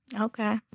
Okay